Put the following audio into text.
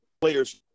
players